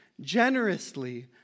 generously